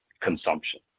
consumption